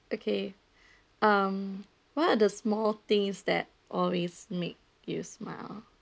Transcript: okay um what are the small things that always make you smile